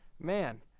man